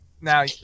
Now